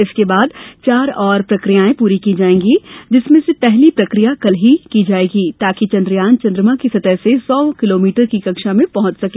इसके बाद चार और प्रक्रियाएं पूरी की जाएंगी जिसमें से पहली प्रक्रिया कल की जाएगी ताकि चन्द्रयान चन्द्रमा की सतह से सौ किलोमीटर की कक्षा में पहुंच सके